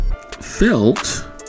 felt